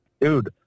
Dude